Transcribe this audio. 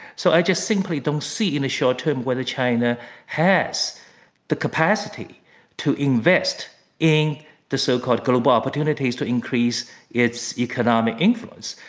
so, i just simply don't see, in the short-term, whether china has the capacity to invest in the so-called global opportunities to increase its economic influence.